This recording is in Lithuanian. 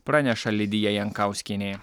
praneša lidija jankauskienė